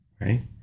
Right